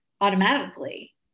Automatically